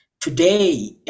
today